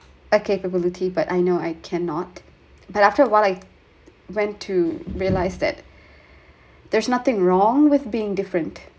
a capability but I know I cannot but after a while I went to realise that there's nothing wrong with being different